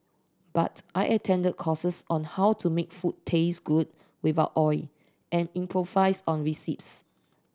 but I attended courses on how to make food taste good without oil and improvise on recipes